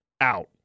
out